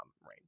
range